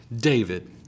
David